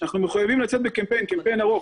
אנחנו מחויבים לצאת בקמפיין ארוך,